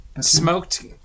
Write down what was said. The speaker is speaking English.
smoked